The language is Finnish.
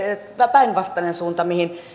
päinvastainen suunta kuin mihin